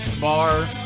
bar